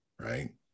right